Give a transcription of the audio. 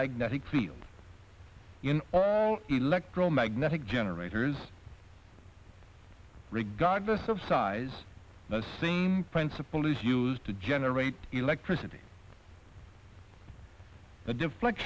magnetic field in electromagnetic generators regardless of size the same principle is used to generate electricity the deflect